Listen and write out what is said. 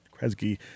Kresge